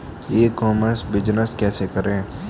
ई commerce business कैसे करें?